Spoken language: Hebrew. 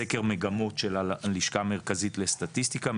סקר מגמות של הלשכה המרכזית לסטטיסטיקה,